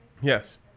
Yes